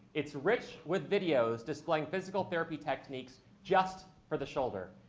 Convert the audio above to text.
it's rich with videos displaying physical therapy techniques just for the shoulder.